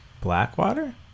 Blackwater